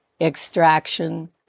extraction